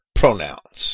pronouns